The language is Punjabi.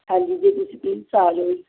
ਹਾਂਜੀ ਜੇ ਤੁਸੀਂ ਪਲੀਜ ਆ ਜਾਓ